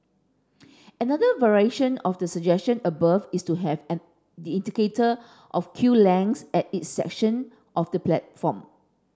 another variation of the suggestion above is to have an the indicator of queue lengths at each section of the platform